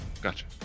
Gotcha